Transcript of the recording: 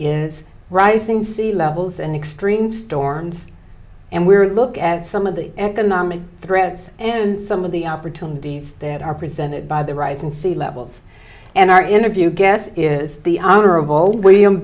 is rising sea levels and extreme storms and we look at some of the economic threats and some of the opportunities that are presented by the rise in sea levels and our interview guess is the honorable w